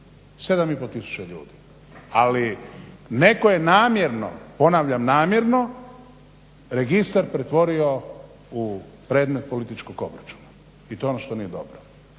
ljudi. Ali netko je namjerno, ponavljam namjerno, registar pretvorio u predmet političkog obračuna i to je ono što nije dobro.